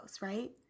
right